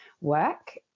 Work